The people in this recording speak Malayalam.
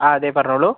ആ അതെ പറഞ്ഞോളൂ